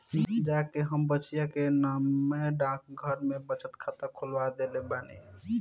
जा के हम बचिया के नामे डाकघर में बचत खाता खोलवा देले बानी